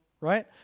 right